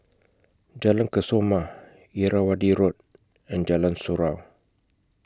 Jalan Kesoma Irrawaddy Road and Jalan Surau